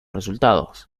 resultados